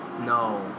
no